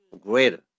greater